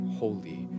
holy